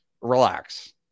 relax